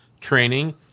training